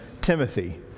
Timothy